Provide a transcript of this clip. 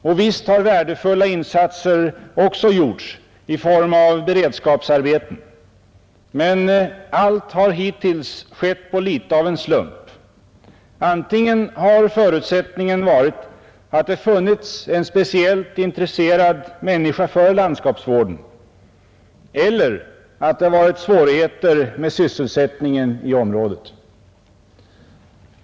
Och visst har värdefulla insatser också gjorts i form av beredskapsarbeten. Men allt har hittills skett på litet av en slump. Förutsättningen har varit antingen att det funnits en för landskapsvården speciellt intresserad människa eller att det varit svårigheter med sysselsättningen i området.